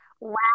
wow